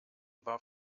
war